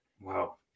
Wow